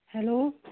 hello